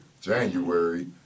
January